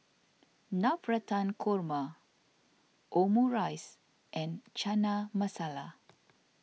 Navratan Korma Omurice and Chana Masala